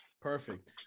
Perfect